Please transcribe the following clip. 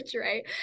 right